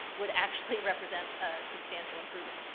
would actually represent a substantial improvement.